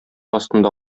астында